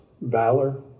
valor